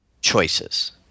choices